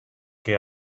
que